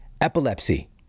epilepsy